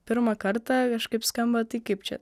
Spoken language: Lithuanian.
pirmą kartą kažkaip skamba tai kaip čia